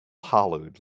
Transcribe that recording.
hollered